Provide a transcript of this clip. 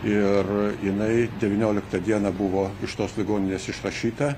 ir jinai devynioliktą dieną buvo iš tos ligoninės išrašyta